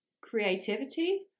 creativity